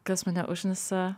kas mane užknisa